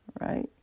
right